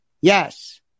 Yes